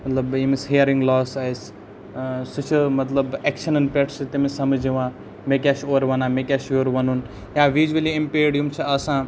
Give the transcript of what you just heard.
مطلب ییٚمِس hearing loss آسہِ سُہ چھِ مطلب اٮ۪کشَنَن پٮ۪ٹھ چھِ تٔمِس سمجھ یِوان مےٚ کیاہ چھِ اورٕ وَنان مےٚ کیاہ چھِ یورٕ وَنُن یا ویٖجؤلی اِمپیرڑ یِم چھِ آسان